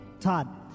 Todd